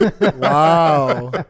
Wow